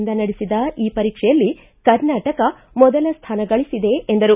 ಯಿಂದ ನಡೆಸಿದ ಈ ಪರೀಕ್ಷೆಯಲ್ಲಿ ಕರ್ನಾಟಕ ಮೊದಲ ಸ್ವಾನ ಗಳಿಸಿದೆ ಎಂದರು